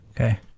Okay